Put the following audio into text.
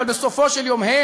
אבל בסופו של יום הם